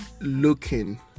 looking